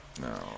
No